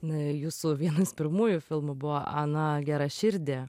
na ir jūsų vienas pirmųjų filmų buvo ana geraširdė